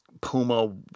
Puma